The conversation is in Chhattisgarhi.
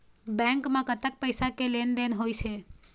बैंक म कतक पैसा के लेन देन होइस हे?